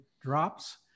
drops